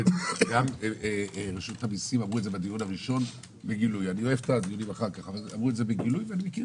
מרשות המסים לפרסם את הצו המקל היום,